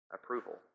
Approval